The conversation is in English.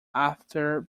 after